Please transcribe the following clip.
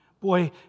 Boy